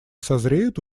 созреют